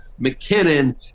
McKinnon